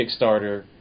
Kickstarter